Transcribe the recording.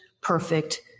perfect